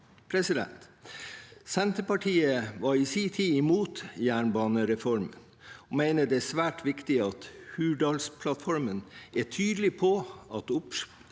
samarbeidet. Senterpartiet var i sin tid imot jernbanereformen og mener det er svært viktig at Hurdalsplattformen er tydelig på at oppsplittingen